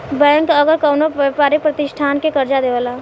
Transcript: bank अगर कवनो व्यापारिक प्रतिष्ठान के कर्जा देवेला